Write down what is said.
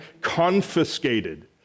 Confiscated